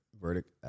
verdict